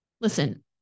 Listen